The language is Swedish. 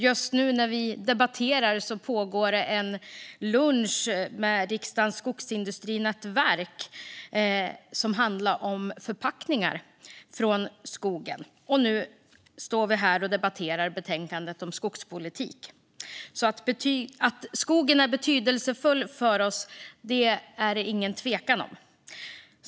Just nu när vi debatterar pågår ett lunchseminarium med riksdagens skogsindustrinätverk om förpackningar från skogen. Och nu står vi här och debatterar betänkandet om skogspolitik. Att skogen är betydelsefull för oss är det ingen tvekan om.